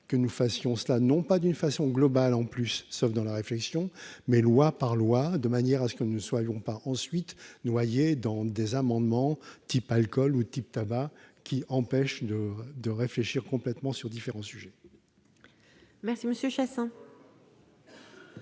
que nous fassions cela non pas d'une façon globale, en plus, sauf dans la réflexion mais loi par loi de manière à ce que nous ne soyons pas ensuite noyé dans des amendements type alcool ou type de tabac qui empêche de de réfléchir complètement sur différents sujets. Merci Monsieur Chassaing.